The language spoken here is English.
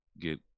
get